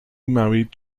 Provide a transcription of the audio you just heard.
married